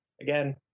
again